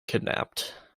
kidnapped